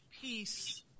peace